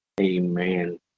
Amen